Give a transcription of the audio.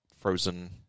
frozen